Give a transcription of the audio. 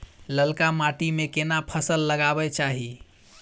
ललका माटी में केना फसल लगाबै चाही?